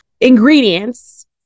ingredients